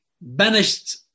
banished